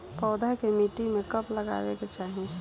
पौधा के मिट्टी में कब लगावे के चाहि?